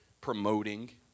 promoting